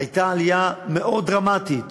הייתה עלייה מאוד דרמטית